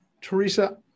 Teresa